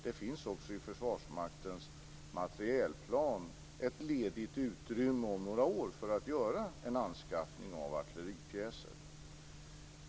Det finns också i Försvarsmaktens materielplan ett ledigt utrymme om några år för göra en anskaffning av artilleripjäser.